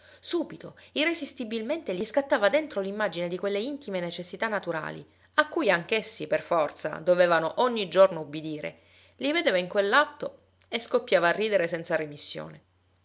subito irresistibilmente gli scattava dentro l'immagine di quelle intime necessità naturali a cui anch'essi per forza dovevano ogni giorno ubbidire li vedeva in quell'atto e scoppiava a ridere senza remissione